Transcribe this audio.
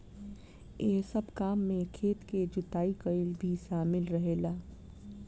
एह सब काम में खेत के जुताई कईल भी शामिल रहेला